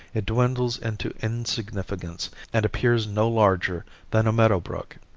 it dwindles into insignificance and appears no larger than a meadow brook.